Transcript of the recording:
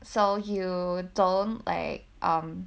so you don't like um